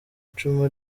icumi